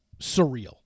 surreal